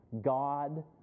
God